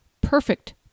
Perfect